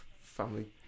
family